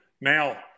Now